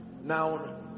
Now